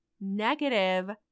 negative